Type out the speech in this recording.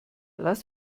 lass